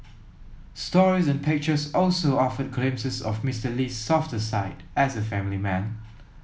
stories and pictures also offered glimpses of Mister Lee's softer side as a family man